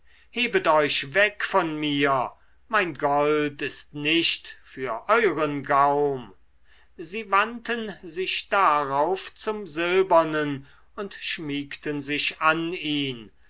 hebet euch weg von mir mein gold ist nicht für euren gaum sie wandten sich darauf zum silbernen und schmiegten sich an ihn